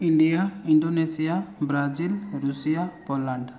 India Indonesia Brazil Russia Poland